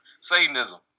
Satanism